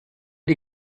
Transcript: die